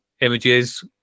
images